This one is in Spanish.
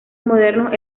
modernos